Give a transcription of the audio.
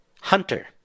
Hunter